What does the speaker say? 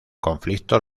conflicto